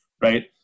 right